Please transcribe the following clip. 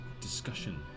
discussion